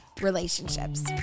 relationships